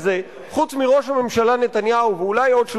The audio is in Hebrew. הכנסת הזאת בעיקר מזיקה בחקיקה הפרועה והבעייתית שלה.